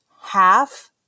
half